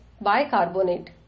bicarbonate